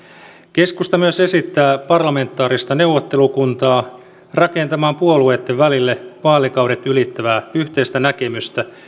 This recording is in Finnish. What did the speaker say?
keskusta myös esittää parlamentaarista neuvottelukuntaa rakentamaan puolueitten välille vaalikaudet ylittävää yhteistä näkemystä